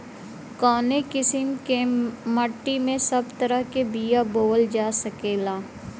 कवने किसीम के माटी में सब तरह के बिया बोवल जा सकेला?